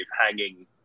hanging